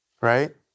Right